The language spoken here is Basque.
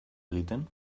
egiten